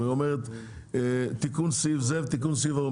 היא אומרת תיקון סעיף זה ותיקון סעיף זה?